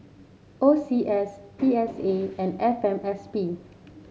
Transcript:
O C S P S A and F M S P